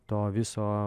to viso